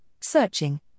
searching